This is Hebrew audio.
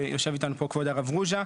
ויושב איתנו פה כבוד הרב רוז'ה,